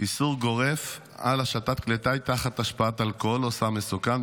איסור גורף על השטת כלי שיט תחת השפעת אלכוהול או סם מסוכן,